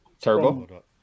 Turbo